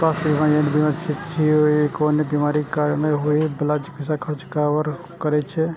स्वास्थ्य बीमा एहन बीमा छियै, जे कोनो बीमारीक कारण होइ बला चिकित्सा खर्च कें कवर करै छै